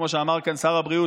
כמו שאמר כאן שר הבריאות,